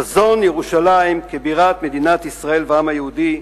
חזון ירושלים כבירת מדינת ישראל והעם היהודי,